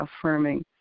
affirming